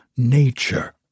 nature